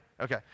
Okay